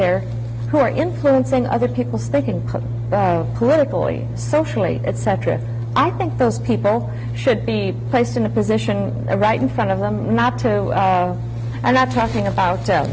there who are influencing other people's thinking politically socially etc i think those people should be placed in a position right in front of them not to i'm not talking about being